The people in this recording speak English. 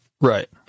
Right